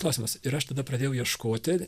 klausimas ir aš tada pradėjau ieškoti